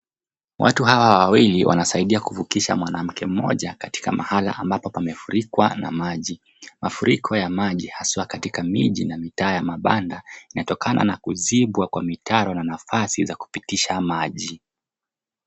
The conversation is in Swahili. Watu hawa wawili wanasaidia kuvukisha mwanamke mmoja katika mahala ambapo pamefurikwa na maji. Mafuriko ya maji haswa katika miji na Miata ya mabanda inatokana na kuzibwa kwa mitaro na nafasi za kupitisha maji.